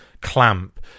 clamp